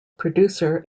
producer